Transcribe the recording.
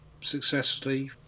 successfully